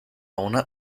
una